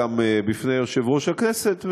גם בפני יושב-ראש הכנסת,